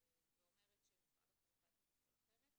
ואומרת שמשרד החינוך היה צריך לפעול אחרת.